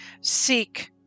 seek